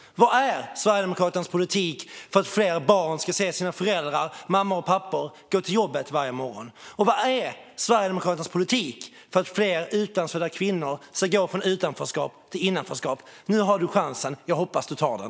Vad är Sverigedemokraternas politik för att fler barn ska se sina föräldrar - sina mammor och pappor - gå till jobbet varje morgon? Och vad är Sverigedemokraternas politik för att fler utlandsfödda kvinnor ska gå från utanförskap till innanförskap? Nu har du chansen, Ann-Christine From Utterstedt - jag hoppas att du tar den.